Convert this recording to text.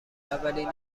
اولین